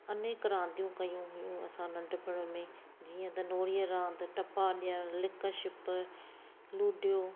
अनेक रांदियूं कयूं हुयूं असां नंढपिण में जीअं त नोरीअ रांदि टपा ॾियणु लिक छिप लूडियो